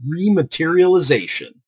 rematerialization